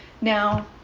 Now